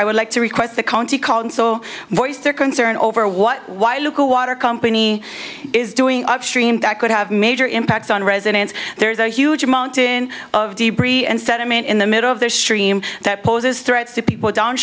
i would like to request the county council voice their concern over what why local water company is doing upstream that could have major impacts on residents there's a huge amount in of debris and sediment in the middle of the stream that poses threats to people down